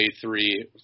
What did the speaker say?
three